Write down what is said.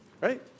Right